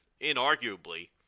inarguably